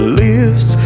leaves